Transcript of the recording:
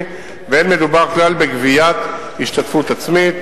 ואין מדובר כלל בגביית השתתפות עצמית.